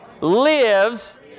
lives